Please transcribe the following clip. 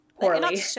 poorly